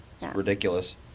Ridiculous